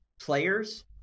players